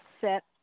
set